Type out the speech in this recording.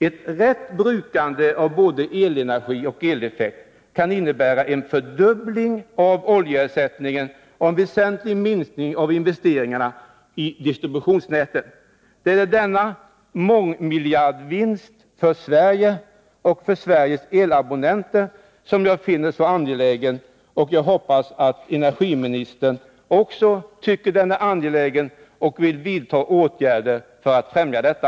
Ett riktigt brukande av både elenergi och eleffekt kan innebära en fördubbling av oljeersättningen och en väsentlig minskning av investeringarna i distributionsnätet. Det är denna mångmiljardvinst för Sverige och för Sveriges elabonnenter som jag finner så angelägen. Jag hoppas att energiministern också skall finna den angelägen och vilja vidta åtgärder för att främja detta.